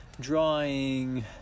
drawing